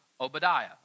Obadiah